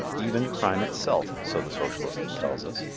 even crime itself, so the socialist tells us,